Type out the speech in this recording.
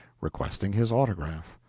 requesting his autograph.